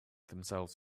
themselves